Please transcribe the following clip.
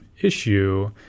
issue